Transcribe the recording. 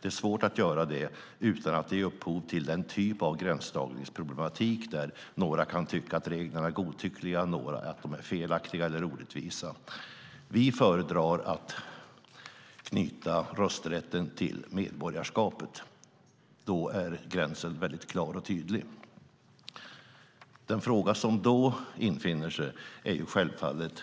Det är svårt att göra det utan att det ger upphov till gränsdragningsproblem där några kan tycka att reglerna är godtyckliga, andra att de är felaktiga eller orättvisa. Vi föredrar att knyta rösträtten till medborgarskapet. Då är gränsen klar och tydlig. Den fråga som infinner sig är självfallet om